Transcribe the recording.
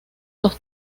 los